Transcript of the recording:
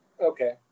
Okay